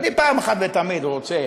אחת ולתמיד אני רוצה,